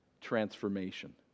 transformation